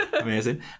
amazing